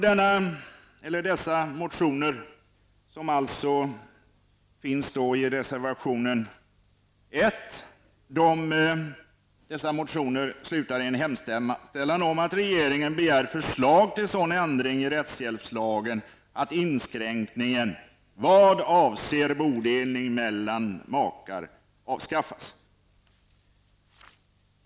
Dessa motioner, som alltså ligger till grund för reservation 1, slutar i en hemställan om att regeringen begär förslag till sådan ändring i rättshjälpslagen att inskränkningen vad avser bodelning mellan makar avskaffas.